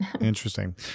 Interesting